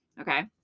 Okay